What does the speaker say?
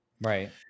Right